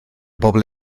bobl